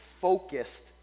focused